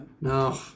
No